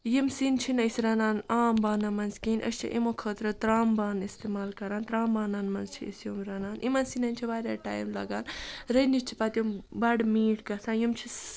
یِم سِنۍ چھِنہٕ أسۍ رَنان عام بانَن منٛز کِہیٖنۍ أسۍ چھِ یِمو خٲطرٕ ترٛام بانہٕ استعمال کَران ترٛام بانَن منٛز چھِ أسۍ یِم رَنان یِمَن سِنٮ۪ن چھِ واریاہ ٹایم لَگان رٔنِتھ چھِ پَتہٕ یِم بڑٕ میٖٹھۍ گژھان یِم چھِ